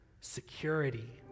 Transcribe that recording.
security